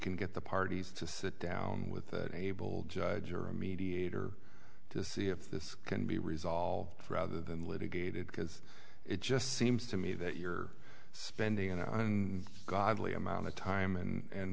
can get the parties to sit down with the able judge or a mediator to see if this can be resolved rather than litigated because it just seems to me that you're spending and godly amount of time and